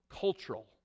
cultural